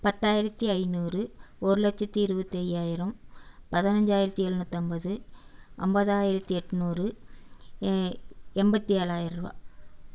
பத்தாயிரத்தி ஐநூறு ஒரு லட்சத்தி இருபத்தி ஐயாயிரம் பதினஞ்சாயிரத்தி எழுநூற்றைம்பது ஐம்பதாயிரத்தி எண்நூறு எ எண்பத்தி ஏழாயருபா